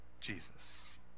Jesus